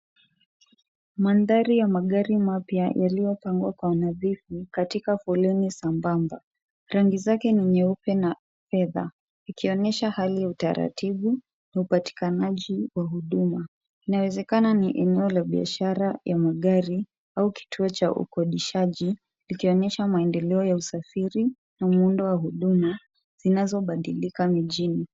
Mandhari ya magari mapya yaliyopangwa kwa nadhifu, katika foleni sambamba. Rangi zake ni nyeupe na fedha, ikionyesha hali ya utaratibu, upatikanaji wa huduma, inawezekana ni eneo la biashara ya magari au kituo cha ukodishaji likionyesha maendeleo ya usafiri na muundo wa huduma, zinazobadilika mijini.